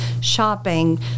shopping